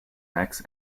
necks